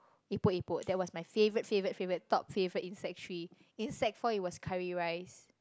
epok epok that was my favorite favorite favorite top favorite in sec-three in sec-four it was curry rice